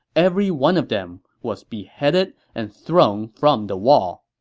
every one of them was beheaded and thrown from the wall.